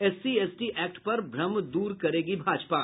SC ST act पर भ्रम दूर करेगी भाजपा